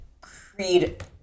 creed